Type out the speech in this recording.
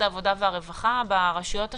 העבודה והרווחה מטפל ברשויות השונות?